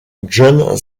john